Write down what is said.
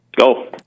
Go